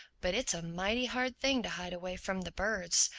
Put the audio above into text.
but it's a mighty hard thing to hide away from the birds.